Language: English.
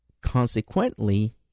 consequently